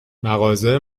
مغازه